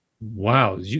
Wow